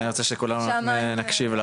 לא מזמן התקיים על